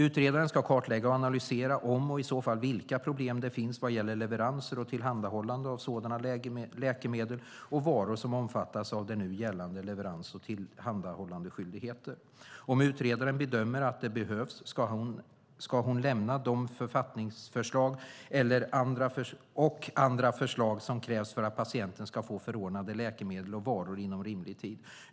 Utredaren ska kartlägga och analysera om och i så fall vilka problem det finns vad gäller leveranser och tillhandahållande av sådana läkemedel och varor som omfattas av nu gällande leverans och tillhandahållandeskyldigheter. Om utredaren bedömer att det behövas ska hon lämna de författningsförslag och andra förslag som krävs för att patienter ska få förordnande läkemedel och varor inom rimlig tid.